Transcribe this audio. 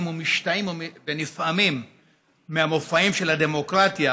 ומשתאים ונפעמים מהמופעים של הדמוקרטיה,